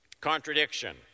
Contradiction